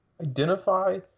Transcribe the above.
Identify